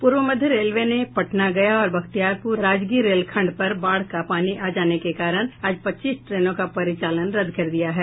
पूर्व मध्य रेलवे ने पटना गया और बख्तियारपुर राजगीर रेलखंड पर बाढ़ का पानी आ जाने के कारण आज पच्चीस ट्रेनों का परिचालन रद्द कर दिया है